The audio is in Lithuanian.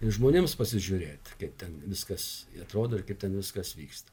žmonėms pasižiūrėti kaip ten viskas atrodo ir kaip ten viskas vyksta